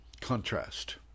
contrast